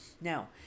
Now